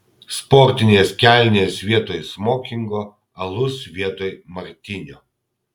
sportinės kelnės vietoj smokingo alus vietoj martinio